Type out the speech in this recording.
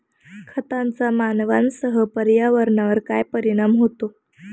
खतांचा मानवांसह पर्यावरणावर काय परिणाम होतो?